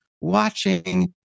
watching